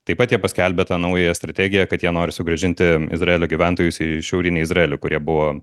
taip pat jie paskelbė tą naująją strategiją kad jie nori sugrąžinti izraelio gyventojus į šiaurinį izraelį kurie buvo